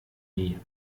nie